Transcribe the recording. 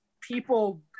people